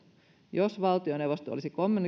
jos valtioneuvosto olisi